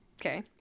Okay